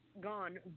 gone